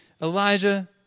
Elijah